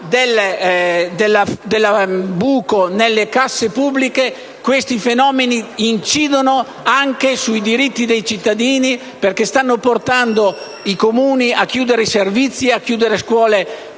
del "buco" nelle casse pubbliche, questi fenomeni incidono anche sui diritti dei cittadini perché stanno portando i Comuni a chiudere servizi, scuole